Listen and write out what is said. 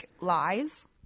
lies